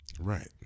Right